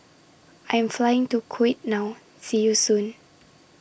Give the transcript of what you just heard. I Am Flying to Kuwait now See YOU Soon